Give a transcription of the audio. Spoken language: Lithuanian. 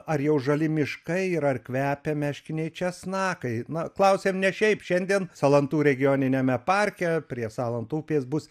ar jau žali miškai ir ar kvepia meškiniai česnakai na klausiam ne šiaip šiandien salantų regioniniame parke prie salanto upės bus